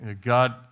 God